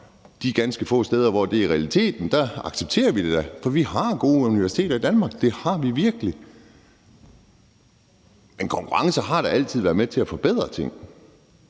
De ganske få steder, hvor det er realiteten, accepterer vi det da. For vi har gode universiteter i Danmark. Det har vi virkelig. Men konkurrence har da altid været med til at forbedre ting.